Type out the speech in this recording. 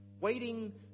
waiting